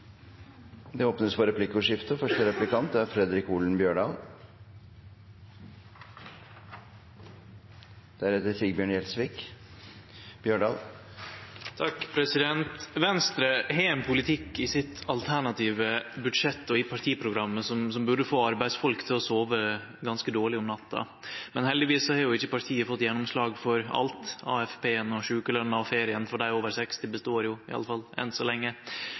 seg. Det blir replikkordskifte. Venstre har ein politikk i sitt alternative budsjett og i partiprogrammet som burde få arbeidsfolk til å sove ganske dårleg om natta, men heldigvis har ikkje partiet fått gjennomslag for alt – AFP-en, sjukeløna og ferien for dei over 60 består i alle fall enn så lenge.